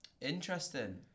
Interesting